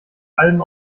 allem